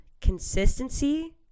consistency